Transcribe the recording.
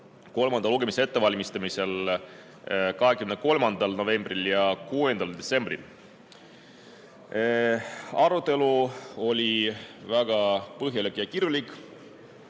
kolmanda lugemise ettevalmistamist 23. novembril ja 6. detsembril. Arutelu oli väga põhjalik ja kirglik.